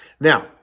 Now